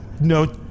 no